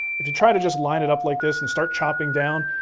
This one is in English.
if you try to just line it up like this and start chopping down,